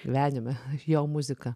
gyvenime jo muzika